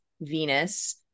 Venus